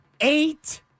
eight